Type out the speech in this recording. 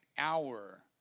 hour